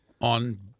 on